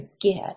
get